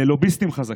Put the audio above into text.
ללוביסטים חזקים?